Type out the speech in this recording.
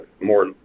more